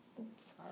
Oops